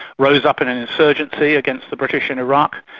rose up in an insurgency against the british in iraq.